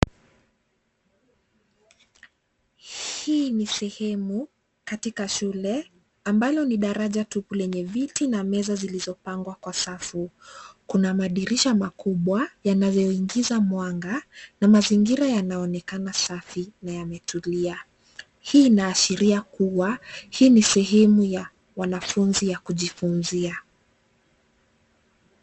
Hii ni sehemu katika shule, ambalo ni daraja tupu lenye viti na meza zilizopangwa kwa safu. Kuna madirisha makubwa yanayoingiza mwanga na mazingira yanaonekana safi na yametulia. Hii inaashiria kuwa, hii ni sehemu ya wanafunzi ya kujifunzia.